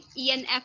enf